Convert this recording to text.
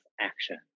action